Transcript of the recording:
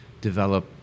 develop